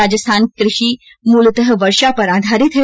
राजस्थान की कृषि मूलतः वर्षा पर आधारित है